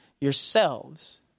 yourselves